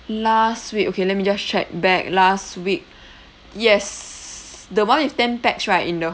last week okay let me just check back last week yes the one with ten pax right in the